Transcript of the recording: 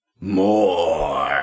more